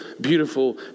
beautiful